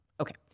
Okay